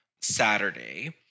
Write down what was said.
Saturday